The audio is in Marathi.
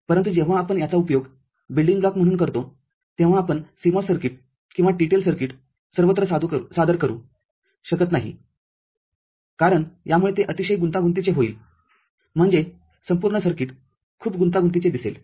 परंतु जेव्हा आपण याचा उपयोग बिल्डिंग ब्लॉक म्हणून करतो तेव्हा आपण CMOS सर्किट किंवा TTL सर्किट सर्वत्र सादर करू शकत नाही कारण यामुळे ते अतिशय गुंतागुंतीचे होईलम्हणजे संपूर्ण सर्किट खूप गुंतागुंतिचे दिसेल